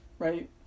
right